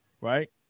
right